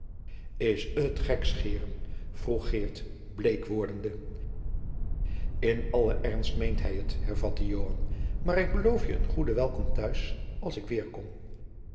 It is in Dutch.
is het gekscheeren vroeg geert bleek wordende in alle ernst meent hij het hervatte joan maar ik beloof je een goede welkom t'huis als ik weêrkom